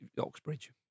Oxbridge